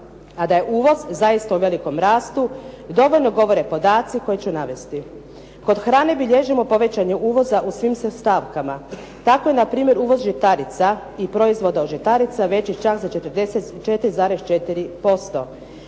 A da je uvoz zaista u velikom rastu dovoljno govore podaci koje ću navesti. Kod hrane bilježimo povećanje uvoza u svim stavkama. Tako je na primjer uvoz žitarica i proizvoda od žitarica veći čak za 44,4%.